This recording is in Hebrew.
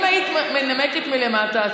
אם היית מנמקת מלמטה,